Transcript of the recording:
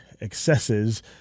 excesses